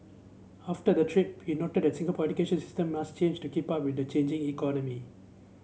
after the trip he noted that Singapore education system must change to keep up with the changing economy